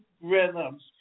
rhythms